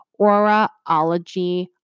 auraology